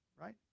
right